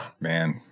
man